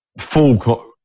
full